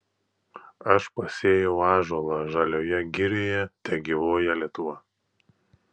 aš pasėjau ąžuolą žalioje girioje tegyvuoja lietuva